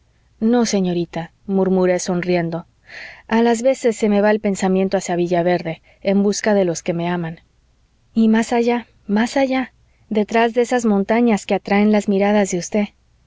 no señorita murmuré sonriendo a las veces se me va el pensamiento hacia villaverde en busca de los que me aman y más allá más allá detrás de esas montañas que atraen las miradas de usted